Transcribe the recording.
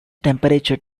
temperature